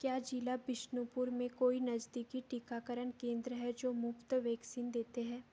क्या जिला विष्णुपुर में कोई नज़दीकी टीकाकरण केंद्र है जो मुफ़्त वैक्सीन देते हैं